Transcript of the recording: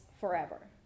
forever